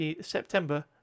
September